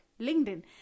LinkedIn